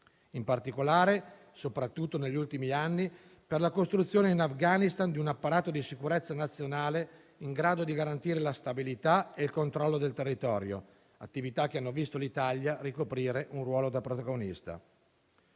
in particolare, soprattutto negli ultimi anni, per la costruzione in Afghanistan di un apparato di sicurezza nazionale in grado di garantire la stabilità e il controllo del territorio. Si tratta di attività che hanno visto l'Italia ricoprire un ruolo da protagonista.